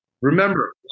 remember